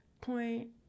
point